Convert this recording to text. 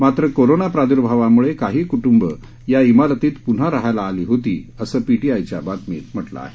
मात्र कोरोना प्रादुर्भावामुळे काही कुटुंबे या ईमारतीत पुन्हा राहायला आली होती असं पीटीआयच्या बातमीत म्हटलं आहे